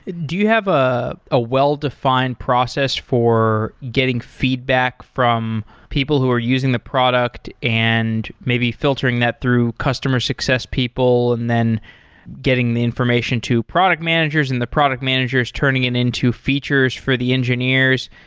do you have a ah well-defined process for getting feedback from people who are using the product and maybe filtering that through customer success people and then getting the information to product managers, and the product managers turning it into features for the engineers.